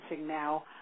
now